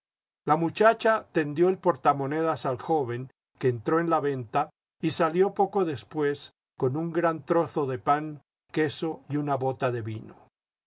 la muchacha tendió el portamonedas al joven que entró en la venta y salió poco después con un gran trozo de pan queso y una bota de vino